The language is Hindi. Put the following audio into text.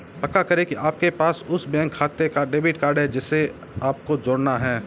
पक्का करें की आपके पास उस बैंक खाते का डेबिट कार्ड है जिसे आपको जोड़ना है